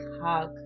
hug